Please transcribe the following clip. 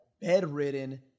bedridden